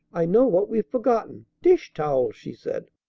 i know what we've forgotten! dish-towels! she said.